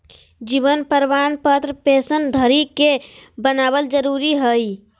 जीवन प्रमाण पत्र पेंशन धरी के बनाबल जरुरी हइ